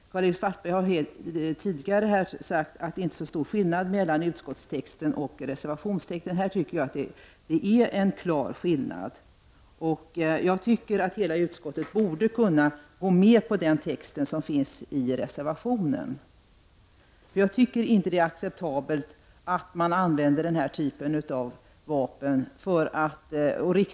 Karl-Erik Svartberg har tidigare sagt att det inte är så stor skillnad mellan utskottstexten och reservationstexten. På denna punkt är det en klar skillnad. Jag tycker att hela utskottet borde kunna gå med på texten i reservationen. Det är nämligen inte acceptabelt att använda den här typen av vapen och rikta dem mot barn.